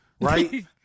right